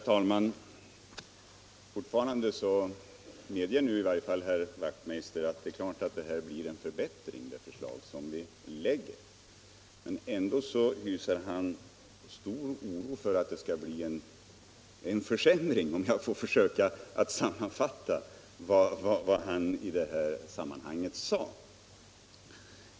Herr talman! Nu medger herr Wachtmeister i Johannishus att vårt förslag givetvis medför en förbättring. Men ändå hyser han stor oro för att det skall bli en försämring, om jag får sammanfatta vad han i detta sammanhang sade.